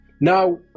Now